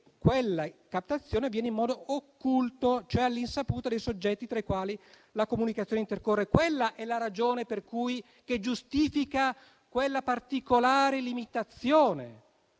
tale captazione avvenga in modo occulto, cioè all'insaputa dei soggetti tra i quali la comunicazione intercorre. Quella è la ragione che giustifica tale particolare limitazione,